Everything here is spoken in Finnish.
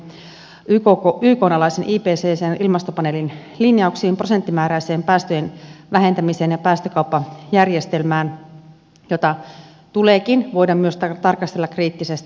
tämähän perustuu näihin ykn alaisen ipccn ilmastopaneelin linjauksiin prosenttimääräiseen päästöjen vähentämiseen ja päästökauppajärjestelmään jota tuleekin voida myös tarkastella kriittisesti